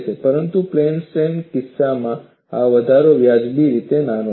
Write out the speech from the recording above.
પરંતુ plain strain કેસના કિસ્સામાં આ વધારો વ્યાજબી રીતે નાનો છે